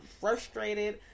frustrated